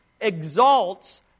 exalts